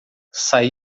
sai